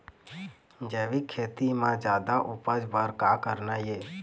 जैविक खेती म जादा उपज बर का करना ये?